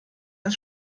das